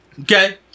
Okay